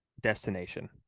destination